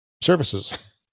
services